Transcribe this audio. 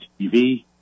TV